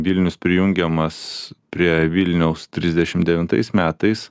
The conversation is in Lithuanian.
vilnius prijungiamas prie vilniaus trisdešimt devintais metais